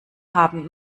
haben